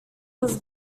was